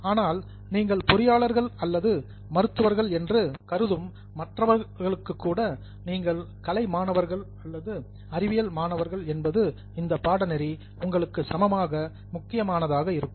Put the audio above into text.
ஆனால் நீங்கள் பொறியாளர்கள் அல்லது மருத்துவர்கள் என்று கருதும் மற்றவர்களுக்கு கூட நீங்கள் கலை மாணவர்கள் அல்லது அறிவியல் மாணவர்கள் என்பது இந்த பாடநெறி உங்களுக்கு சமமாக முக்கியமானதாக இருக்கும்